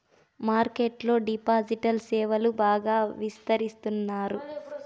market లో digital సేవలు బాగా విస్తరిస్తున్నారు